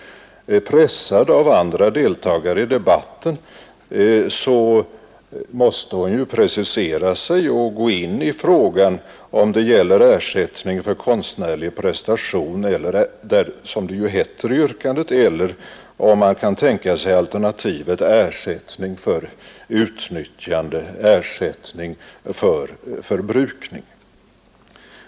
Pressad av andra deltagare i debatten måste hon ju precisera sig och gå in på frågan om det gäller ersättning för konstnärlig prestation, som det heter i yrkandet, eller om man kan tänka sig alternativet ersättning för förbrukning.